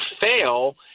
fail